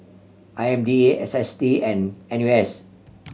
I M D A S S T and N U S